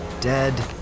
dead